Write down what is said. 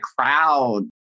crowd